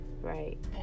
Right